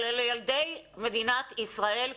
אלה ילדי מדינת ישראל.